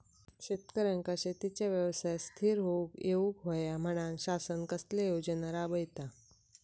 शेतकऱ्यांका शेतीच्या व्यवसायात स्थिर होवुक येऊक होया म्हणान शासन कसले योजना राबयता?